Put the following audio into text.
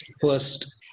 First